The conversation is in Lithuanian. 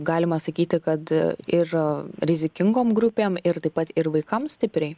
galima sakyti kad ir rizikingom grupėm ir taip pat ir vaikams stipriai